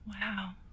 Wow